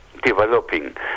developing